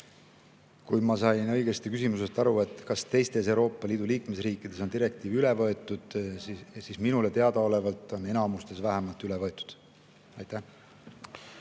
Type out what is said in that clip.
Kui ma sain õigesti aru, et küsimus oli, kas teistes Euroopa Liidu liikmesriikides on direktiiv üle võetud, siis minule teadaolevalt on enamuses üle võetud. Kui